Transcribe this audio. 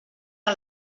que